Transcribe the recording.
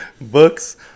books